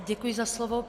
Děkuji za slovo.